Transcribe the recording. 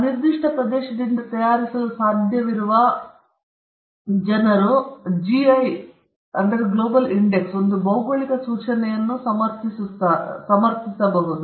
ಆ ನಿರ್ದಿಷ್ಟ ಪ್ರದೇಶದಿಂದ ತಯಾರಿಸಲು ಸಾಧ್ಯವಿರುವ ಜನರು GI ಒಂದು ಭೌಗೋಳಿಕ ಸೂಚನೆಯನ್ನು ಸಮರ್ಥಿಸಬಹುದು